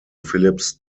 philips